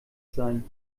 sein